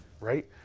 Right